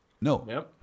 No